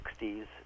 60s